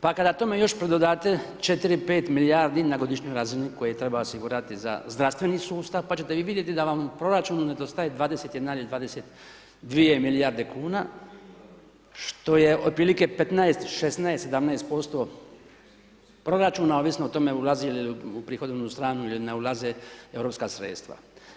pa kada tome još pridodate 4-5 milijardi na godišnjoj razini koje treba osigurati za zdravstveni sustav, pa ćete vi vidjeti da vam u proračunu nedostaje 21 ili 22 milijarde kuna, što je otprilike 15, 16, 17% proračuna ovisno o tome ulazi li u prihodovnu stranu ili ne ulaze europska sredstva.